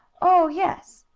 oh, yes!